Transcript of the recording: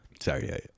Sorry